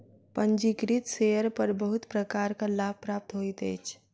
पंजीकृत शेयर पर बहुत प्रकारक लाभ प्राप्त होइत अछि